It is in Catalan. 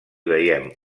veiem